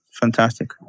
fantastic